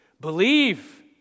believe